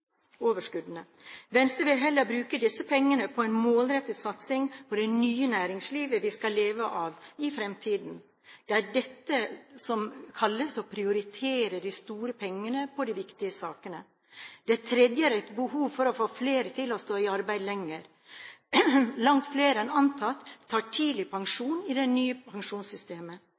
Venstre vil heller bruke disse pengene på en målrettet satsing på det nye næringslivet vi skal leve av i fremtiden. Det er dette som kalles å prioritere de store pengene på de viktige sakene. Det tredje er et behov for å få flere til å stå i arbeid lenger. Langt flere enn antatt tar tidlig pensjon i det nye pensjonssystemet.